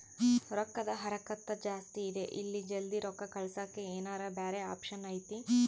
ರೊಕ್ಕದ ಹರಕತ್ತ ಜಾಸ್ತಿ ಇದೆ ಜಲ್ದಿ ರೊಕ್ಕ ಕಳಸಕ್ಕೆ ಏನಾರ ಬ್ಯಾರೆ ಆಪ್ಷನ್ ಐತಿ?